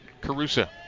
Carusa